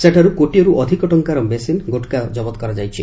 ସେଠାରୁ କୋଟିଏରୁ ଅଧିକ ଟଙ୍କାର ମେସିନ୍ ଗୁଟ୍ଖା ଜବତ କରାଯାଇଛି